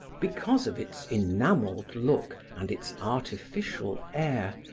because of its enameled look and its artificial air,